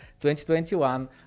2021